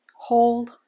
Hold